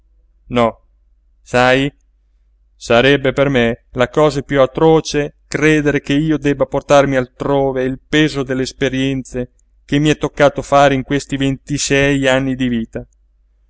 no sai sarebbe per me la cosa piú atroce credere che io debba portarmi altrove il peso delle esperienze che mi è toccato fare in questi ventisei anni di vita